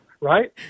right